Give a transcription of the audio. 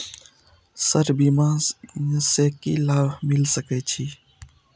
Sir बीमा से की लाभ मिल सके छी?